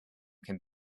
can